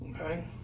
Okay